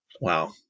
Wow